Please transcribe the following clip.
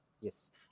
Yes